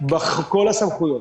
כל הסמכויות.